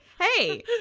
Hey